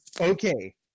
Okay